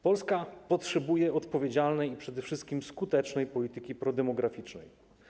Polska potrzebuje odpowiedzialnej i przede wszystkim skutecznej polityki prodemograficznej.